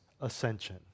ascension